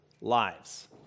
lives